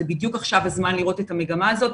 זה בדיוק הזמן לראות את המגמה הזאת.